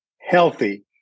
healthy